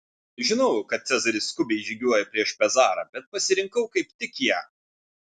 žinojau kad cezaris skubiai žygiuoja prieš pezarą bet pasirinkau kaip tik ją